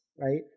right